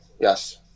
yes